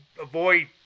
avoid